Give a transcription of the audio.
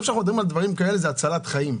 כשאנחנו מדברים על דברים כאלה זה הצלת חיים.